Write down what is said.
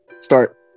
start